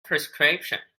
prescription